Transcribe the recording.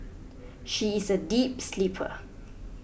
she is a deep sleeper